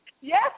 Yes